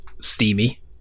steamy